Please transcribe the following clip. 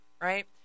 right